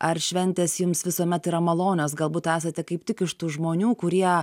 ar šventės jums visuomet yra malonios galbūt esate kaip tik iš tų žmonių kurie